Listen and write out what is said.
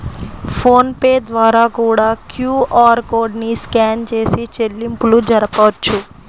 phone pay ద్వారా కూడా QR code ని స్కాన్ చేసి చెల్లింపులు జరపొచ్చు